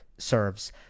Serves